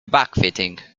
backfitting